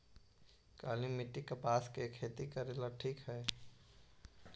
काली मिट्टी, कपास के खेती करेला ठिक हइ?